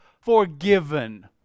forgiven